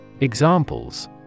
Examples